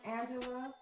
Angela